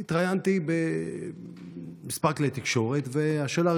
בבוקר התראיינתי בכמה כלי תקשורת, והשאלה